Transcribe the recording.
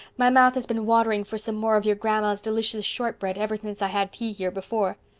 my mouth has been watering for some more of your grandma's delicious shortbread ever since i had tea here before.